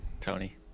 Tony